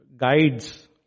Guides